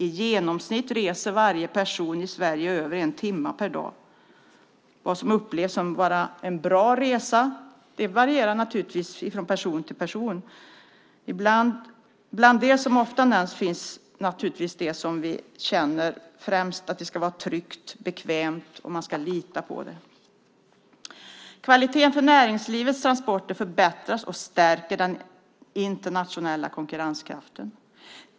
I genomsnitt reser varje person i Sverige över en timme per dag. Vad som upplevs vara en bra resa varierar naturligtvis från person till person. Det som ofta nämns är att det ska vara tryggt och bekvämt och att man ska kunna lita på det. Vidare ska kvaliteten för näringslivets transporter förbättras vilket stärker den internationella konkurrenskraften.